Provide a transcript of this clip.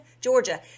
Georgia